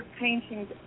paintings